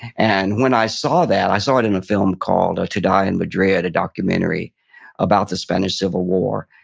and when i saw that, i saw it in a film called to die in madrid, a documentary about the spanish civil war,